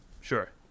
Sure